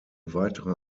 weitere